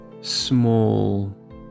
small